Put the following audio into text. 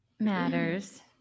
matters